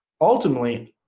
ultimately